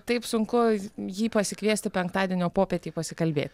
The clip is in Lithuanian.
taip sunku jį pasikviesti penktadienio popietei pasikalbėti